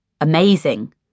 Amazing